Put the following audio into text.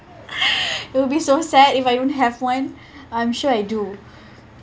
it will be so sad if I don't have one I'm sure I do